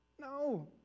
No